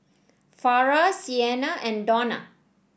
Farrah Sienna and Donna